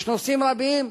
יש נושאים רבים,